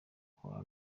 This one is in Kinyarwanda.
kuwa